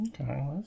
Okay